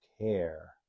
care